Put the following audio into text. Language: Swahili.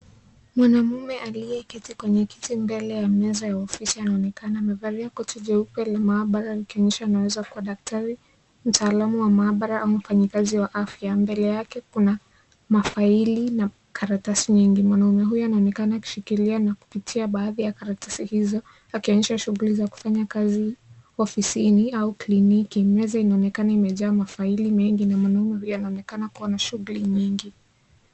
Mwanamume aliyeketi kwenye kiti mbele ya meza ya ofisi anaonekana amevalia koti jeupe la maabara likionyesha anaweza kuwa daktari, mtaalamu wa maabara au mfanyakazi wa afya. Mbele yake kuna mafaili na karatasi nyingi. Mwanamume huyo anaonekana akishikilia na kupitia baadhi ya karatasi hizo, akionyesha shughuli za kufanya kazi ofisini au kliniki. Meza inaonekana imejaa mafaili mengi na mwanamume huyo anaonekana kuwa na shughuli nyingi.